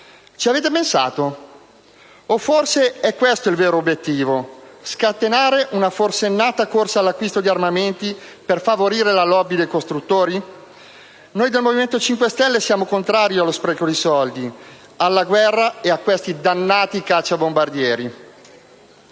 Ci avete pensato? O forse è questo il vero obiettivo: scatenare una forsennata corsa all'acquisto di armamenti per favorire la *lobby* dei costruttori? Noi del Movimento 5 Stelle siamo contrari allo spreco di soldi, alla guerra e a questi dannati cacciabombardieri.